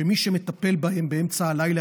שמי שמטפל בהם באמצע הלילה